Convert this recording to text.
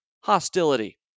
hostility